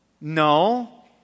no